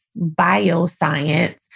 bioscience